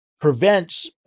prevents